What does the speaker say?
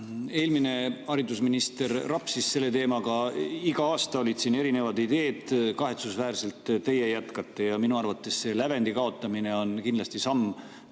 Eelmine haridusminister rapsis selle teemaga, iga aasta olid siin erinevad ideed, kahetsusväärselt teie jätkate seda. Minu arvates lävendi kaotamine on kindlasti samm